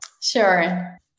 Sure